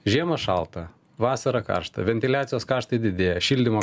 žiemą šalta vasara karšta ventiliacijos kaštai didėja šildymo